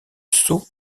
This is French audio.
sceau